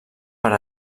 per